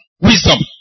Wisdom